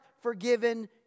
forgiven